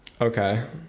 Okay